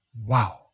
Wow